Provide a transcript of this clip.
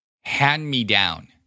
Hand-me-down